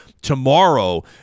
tomorrow